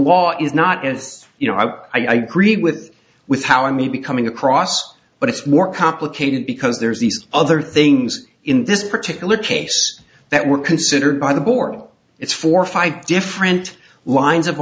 law is not as you know i agree with with how i may be coming across but it's more complicated because there's these other things in this particular case that were considered by the board it's four or five different lines of